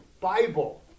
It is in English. Bible